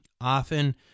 often